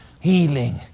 Healing